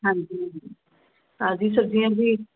ਹਾਂਜੀ ਤਾਜ਼ੀ ਸਬਜ਼ੀਆਂ ਜੀ